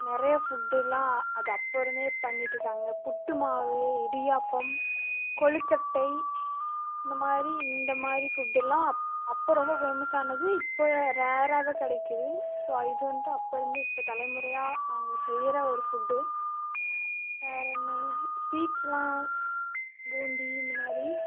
நிறைய ஃபுட்டெல்லாம் அது அப்போதிருந்தே பண்ணிகிட்ருக்காங்க புட்டு மாவு இடியாப்பம் கொழுக்கட்டை இந்த மாதிரி இந்த மாதிரி ஃபுட்டெல்லாம் அப் அப்போ ரொம்ப ஃபேமஸ் ஆனது இப்போ ரேராக தான் கிடைக்கிது ஸோ இது வந்துட்டு அப்போயிருந்து இப்போ தலைமுறையாக நாங்கள் செய்கிற ஒரு ஃபுட்டு வேறு என்ன ஸ்வீட்ஸெல்லாம் பூந்தி இந்த மாதிரி